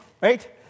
right